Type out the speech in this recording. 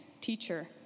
teacher